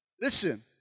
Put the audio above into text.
Listen